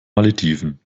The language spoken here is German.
malediven